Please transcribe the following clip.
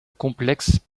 complexe